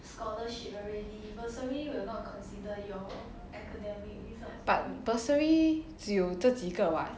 but bursary 只有这几个 [what]